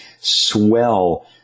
swell